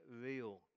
Real